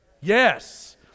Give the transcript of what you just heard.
yes